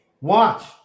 Watch